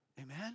Amen